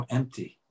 empty